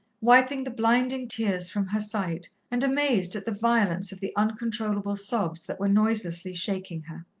wiping the blinding tears from her sight, and amazed at the violence of the uncontrollable sobs that were noiselessly shaking her.